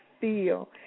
feel